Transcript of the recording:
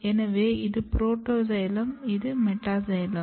எனவே இது புரோட்டோசைலம் இது மெட்டாசைலம்